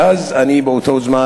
ואז אני הגעתי,